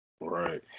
right